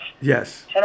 yes